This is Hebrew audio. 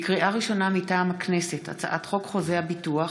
לקריאה ראשונה, מטעם הכנסת: הצעת חוק חוזה הביטוח